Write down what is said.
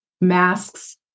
Masks